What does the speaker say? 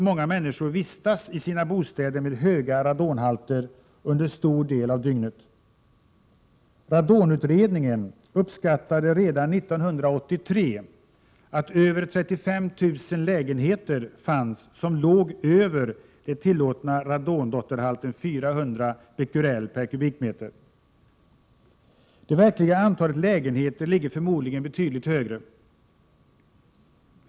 Många människor vistas i sina bostäder med höga radonhalter under en stor del av dygnet. Radonutredningen uppskattade redan 1983 att det fanns över 35 000 lägenheter som låg över högsta tillåtna radondotterhalt på 400 Bq/m?. Det verkliga antalet lägenheter är förmodligen betydligt större.